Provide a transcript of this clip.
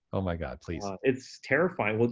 oh my god, please. it's terrifying.